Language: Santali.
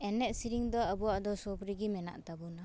ᱮᱱᱮᱡ ᱥᱮᱨᱮᱧ ᱫᱚ ᱟᱵᱚᱣᱟᱜ ᱫᱚ ᱥᱳᱵᱽᱨᱮᱜᱮ ᱢᱮᱱᱟᱜ ᱛᱟᱵᱚᱱᱟ